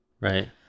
Right